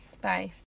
Bye